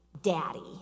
daddy